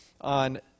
on